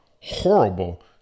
horrible